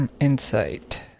Insight